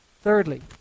Thirdly